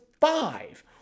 five